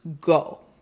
go